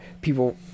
people